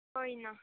ਕੋਈ ਨਾ